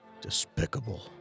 Despicable